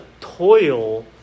toil